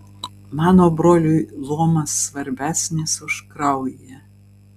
mano broliui luomas svarbesnis už kraują